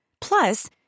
Plus